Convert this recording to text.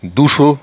দুশো